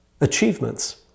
achievements